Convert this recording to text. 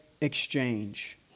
exchange